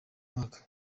mwaka